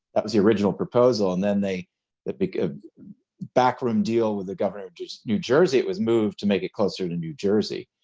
that was the original proposal and then they the big backroom deal with the governor of new jersey, it was moved to make it closer to new jersey.